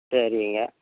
சரிங்க